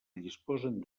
disposen